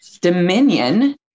dominion